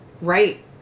Right